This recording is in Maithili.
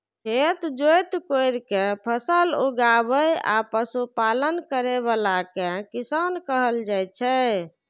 खेत जोति कोड़ि कें फसल उगाबै आ पशुपालन करै बला कें किसान कहल जाइ छै